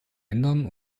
ändern